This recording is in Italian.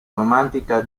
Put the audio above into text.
romantica